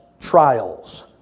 trials